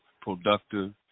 productive